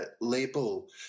label